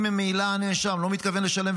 אם ממילא הנאשם לא מתכוון לשלם,